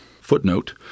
footnote